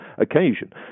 occasion